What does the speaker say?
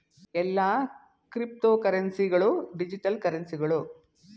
ಎಲ್ಲಾ ಕ್ರಿಪ್ತೋಕರೆನ್ಸಿ ಗಳು ಡಿಜಿಟಲ್ ಕರೆನ್ಸಿಗಳು